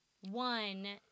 one